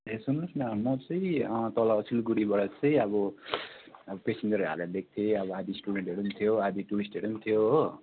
ए सुन्नोस् न म चाहिँ तल सिलगढीबाट चाहिँ अब अब पेसेन्जर हालेर ल्याएको थिएँ अब आधा स्टुडेन्टहरू पनि थियो आधा टुरिस्टहरू पनि थियो हो